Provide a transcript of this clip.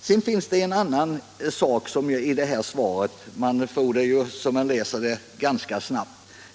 Sedan vill jag ta upp en annan sak i svaret, en mening som man lätt förbiser om man läser den snabbt.